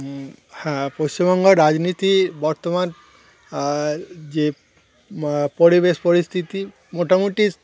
হ্যাঁ পশ্চিমবঙ্গের রাজনীতি বর্তমান যে পরিবেশ পরিস্থিতি মোটামুটি